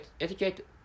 educate